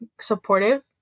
supportive